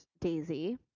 Daisy